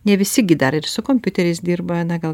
ne visi gi dar ir su kompiuteriais dirba na gal